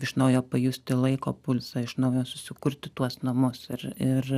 iš naujo pajusti laiko pulsą iš naujo susikurti tuos namus ir ir